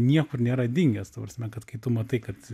niekur nėra dingęs ta prasme kad kai tu matai kad